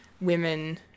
women